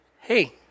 Hey